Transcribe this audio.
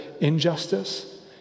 injustice